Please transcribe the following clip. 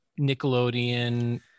Nickelodeon